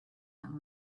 young